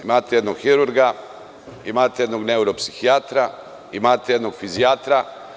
Imate jednog hirurga, jednog neuropsihijatra, jednog fizijatra.